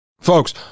Folks